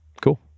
cool